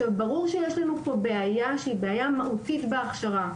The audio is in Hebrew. ברור שיש לנו פה בעיה שהיא בעיה מהותית בהכשרה.